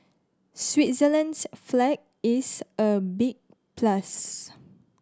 switzerland's flag is a big plus